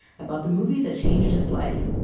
about the movie that changed his life,